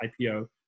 IPO